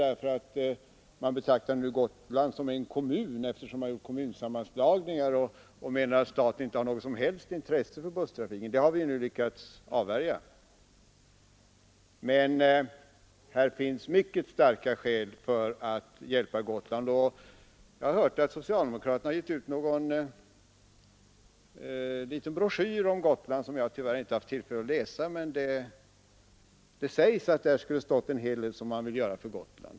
Det hade nämligen skett en kommunsammanslagning, så att Gotland blev en kommun, och då menade man att staten inte hade något som helst intresse för busstrafiken där. Detta hot har vi nu lyckats avvärja, men det finns fortfarande mycket stora skäl för att hjälpa Gotland. Jag har hört att socialdemokraterna givit ut en liten broschyr om Gotland, som jag tyvärr inte har haft tillfälle att läsa. Det sägs emellertid att man där räknar upp en hel del saker som man vill göra för Gotland.